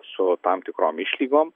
su tam tikrom išlygom